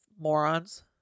morons